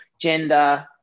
gender